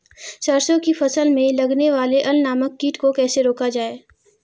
सरसों की फसल में लगने वाले अल नामक कीट को कैसे रोका जाए?